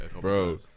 bro